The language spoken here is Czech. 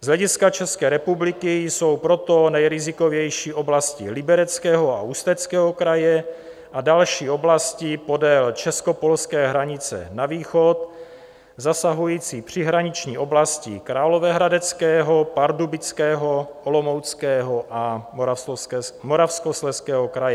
Z hlediska České republiky jsou proto nejrizikovější oblasti Libereckého a Ústeckého kraje a další oblasti podél českopolské hranice na východ, zasahující příhraniční oblasti Královéhradeckého, Pardubického, Olomouckého a Moravskoslezského kraje.